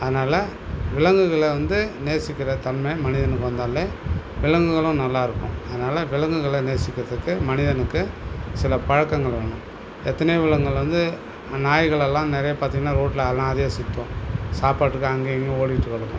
அதனால விலங்குகளை வந்து நேசிக்கிற தன்மை மனிதனுக்கு வந்தாலே விலங்குகளும் நல்லா இருக்கும் அதனால விலங்குகளை நேசிக்கிறதுக்கு மனிதனுக்கு சில பழக்கங்கள் வேணும் எத்தனையோ விலங்குகள் வந்து நாய்கள் எல்லாம் நிறைய பார்த்திங்கன்னா ரோட்டில் அனாதையாக சுற்றும் சாப்பாட்டுக்கு அங்கேயும் இங்கைகேயும் ஓடிட்டு கிடக்கும்